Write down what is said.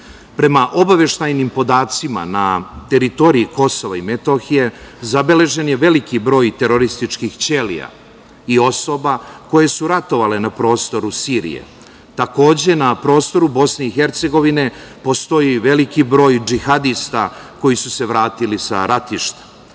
Prema obaveštajnim podacima na teritoriji Kosova i Metohije zabeležen je veliki broj terorističkih ćelija i osoba koje su ratovale na prostoru Siriji. Takođe, na prostoru BiH postoji veliki broj džihadista koji su se vratili sa ratišta,